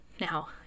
Now